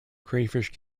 crayfish